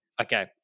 Okay